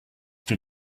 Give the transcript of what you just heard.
they